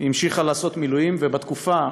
היא המשיכה לעשות מילואים, ובתקופה,